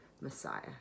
Messiah